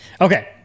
Okay